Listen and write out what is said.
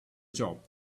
job